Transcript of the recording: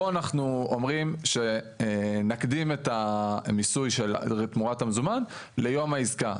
פה אנחנו אומרים שנקדים את המיסוי תמורת המזומן ליום העסקה.